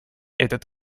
этот